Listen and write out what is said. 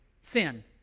Sin